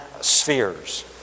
spheres